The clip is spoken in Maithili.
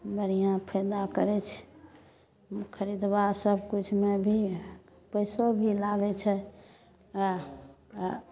बढ़िआँ फायदा करैत छै खरीदुआ सब किछुमे भी पैसो भी लागैत छै आ आ